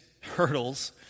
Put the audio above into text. hurdles